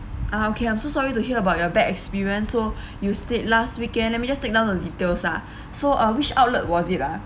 ah okay I'm so sorry to hear about your bad experience so you stayed last weekend let me just take down the details ah so uh which outlet was it ah